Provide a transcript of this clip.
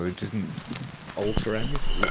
didn't alter anything.